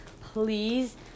Please